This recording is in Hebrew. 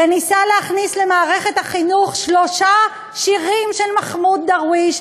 וניסה להכניס למערכת החינוך שלושה שירים של מחמוד דרוויש,